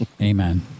Amen